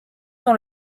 dans